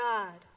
God